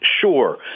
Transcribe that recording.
Sure